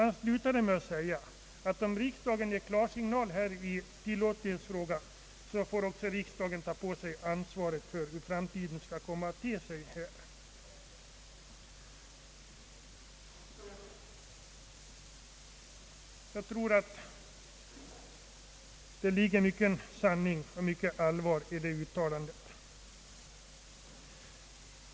Han slutade med att säga att om riksdagen ger klarsignal i tilllåtlighetsfrågan får också riksdagen ta på sig ansvaret för hur det kommer att te sig i framtiden. Jag tror att det ligger mycken sanning och mycket allvar i det uttalandet.